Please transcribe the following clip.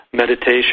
meditation